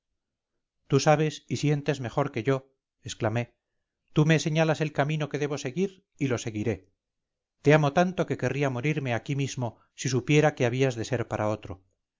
tú sabes y sientes mejor que yo exclamé tú me señalas el camino que debo seguir y lo seguiré te amo tanto que querría morirme aquí mismo si supiera que habías de ser para otro